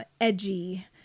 edgy